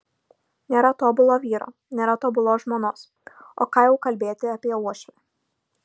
nėra tobulo vyro nėra tobulos žmonos o ką jau kalbėti apie uošvę